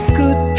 good